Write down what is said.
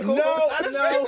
no